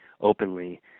openly